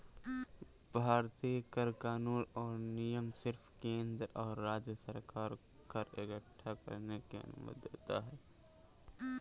भारतीय कर कानून और नियम सिर्फ केंद्र और राज्य सरकार को कर इक्कठा करने की अनुमति देता है